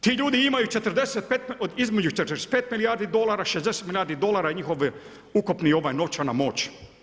Ti ljudi imaju između 45 milijardi dolara, 60 milijardi dolara njihov ukupna novčana moć.